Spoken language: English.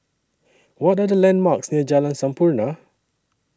What Are The landmarks near Jalan Sampurna